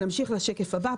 נמשיך לשקף הבא.